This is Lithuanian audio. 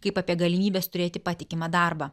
kaip apie galimybes turėti patikimą darbą